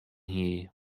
hie